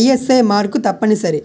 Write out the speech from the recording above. ISI mark తప్పనిసరి